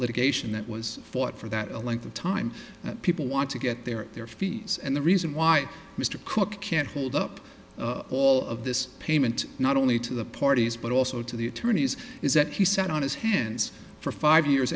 litigation that was fought for that length of time people want to get there at their fees and the reason why mr cook can't hold up all of this payment not only to the parties but also to the attorneys is that he sat on his hands for five years